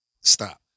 stop